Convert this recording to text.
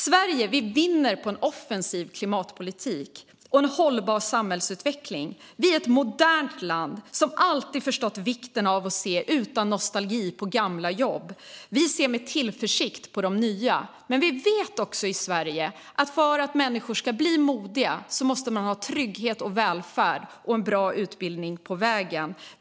Sverige vinner på en offensiv klimatpolitik och en hållbar samhällsutveckling. Vi är ett modernt land som alltid förstått vikten av att se utan nostalgi på gamla jobb och med tillförsikt på de nya. Men vi vet också i Sverige att för att människor ska bli modiga måste de ha trygghet, välfärd och en bra utbildning på vägen.